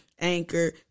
Anchor